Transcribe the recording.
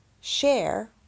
share